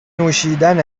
نوشیدن